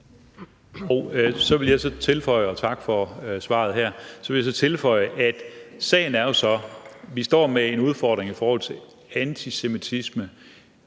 Jeg vil så tilføje, at sagen jo er, at vi står med en udfordring i forhold til antisemitisme.